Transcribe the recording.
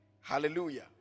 Hallelujah